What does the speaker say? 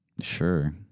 Sure